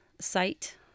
site